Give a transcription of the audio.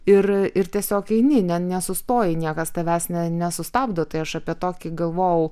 ir ir tiesiog eini ne nesustoji niekas tavęs ne nesustabdo tai aš apie tokį galvojau